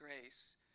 grace